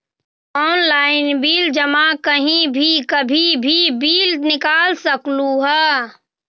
Online bill जमा कहीं भी कभी भी बिल निकाल सकलहु ह?